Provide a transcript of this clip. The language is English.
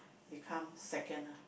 become second ah